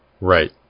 Right